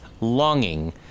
longing